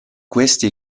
questi